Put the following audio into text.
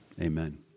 Amen